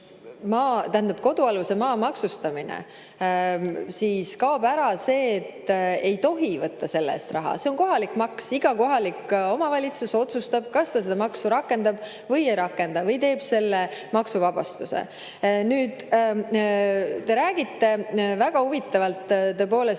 Teiseks, kodualuse maa maksustamine. Selle puhul kaob ära see, et ei tohi võtta selle eest raha. See on kohalik maks, iga kohalik omavalitsus otsustab, kas ta seda maksu rakendab või ei rakenda või teeb selle maksuvabastuse. Nüüd, te räägite väga huvitavalt, tõepoolest,